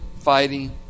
fighting